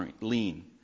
lean